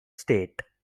state